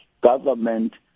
Government